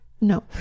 No